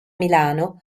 milano